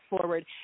forward